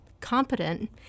competent